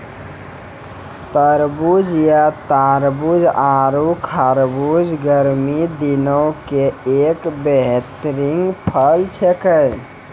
तरबूज या तारबूज आरो खरबूजा गर्मी दिनों के एक बेहतरीन फल छेकै